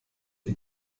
die